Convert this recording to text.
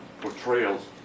portrayals